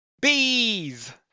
Bees